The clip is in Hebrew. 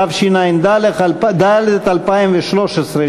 התשע"ד 2013,